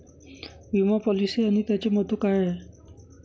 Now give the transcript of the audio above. विमा पॉलिसी आणि त्याचे महत्व काय आहे?